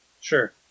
Sure